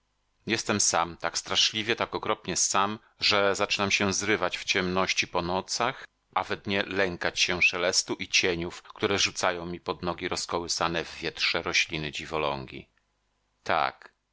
jestem sam tak straszliwie tak okropnie sam że zaczynam się zrywać w ciemności po nocach a we dnie lękać się szelestu i cieniów które rzucają mi pod nogi rozkołysane w wietrze rośliny dziwolągi tak